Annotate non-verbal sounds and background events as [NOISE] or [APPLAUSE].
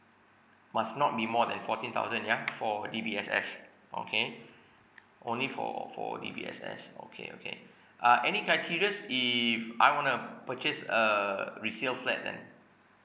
must not be more than fourteen thousand yeah for D_B_S_S okay [BREATH] only for for D_B_S_S okay okay [BREATH] uh any criterias if I want to purchase a resale flat then